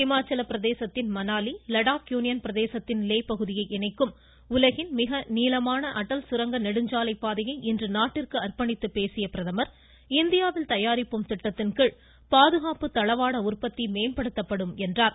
ஹிமாச்சலப் பிரதேசத்தின் மணாலி லடாக் யூனியன் பிரதேசத்தின் லே பகுதியை இணைக்கும் உலகின் மிக நீளமான அடல் சுரங்க நெடுஞ்சாலை பாதையை இன்று நாட்டிற்கு அர்ப்பணித்து பேசிய பிரதமர் இந்தியாவில் தயாரிப்போம் திட்டத்தின் கீழ் பாதுகாப்பு தளவாட உற்பத்தி மேம்படுத்தப்படும் என்றார்